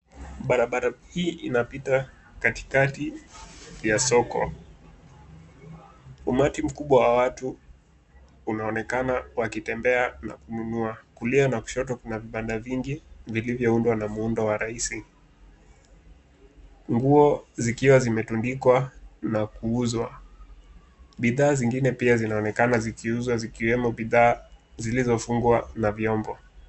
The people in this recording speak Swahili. Barabara hii inapita katikati ya soko. Umati mkubwa wa watu unaonekana wakitembea na kununua kulia na kushoto kuna vibanda vingi vilivyoundwa na muundo wa rahisi nguo zikiwa zimetundikwa na kuuzwa. Bidhaa zingine pia zinaonekana zikiuzwa zikiwemo bidhaa zilizofungwa na vyombo.